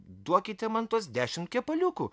duokite man tuos dešimt kepaliukų